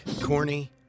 Corny